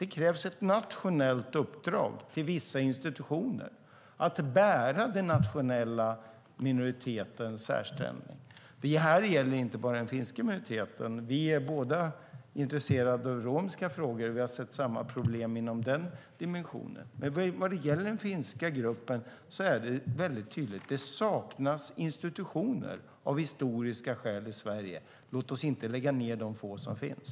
Det krävs ett nationellt uppdrag till vissa institutioner att bära den nationella minoritetens särställning. Det gäller inte bara den finska minoriteten. Vi är båda intresserade av romska frågor, och vi har sett samma problem i den dimensionen. När det gäller den finska gruppen är det väldigt tydligt att det av historiska skäl saknas institutioner i Sverige. Låt oss inte lägga ned de få som finns.